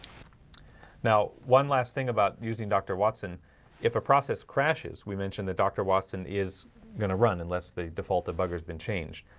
now one last thing about using dr. watson if a process crashes we mentioned that dr watson is gonna run unless the default of buggers been changed.